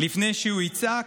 לפני שהוא יצעק,